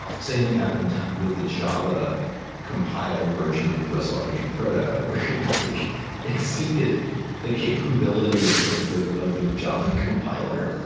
same thing happened with the java compile version of the gws log entry proto, where it like exceeded the capability of like the of the java compiler.